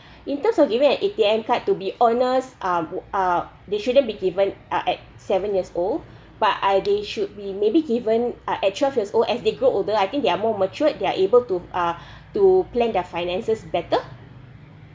in terms of giving an A_T_M card to be honest uh uh they shouldn't be given uh at seven years old but I uh they should be may be given uh at twelve years old as they grow older I think they are more matured they are able to uh to plan their finances better